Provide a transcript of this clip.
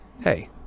Hey